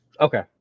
Okay